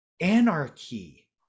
anarchy